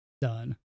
done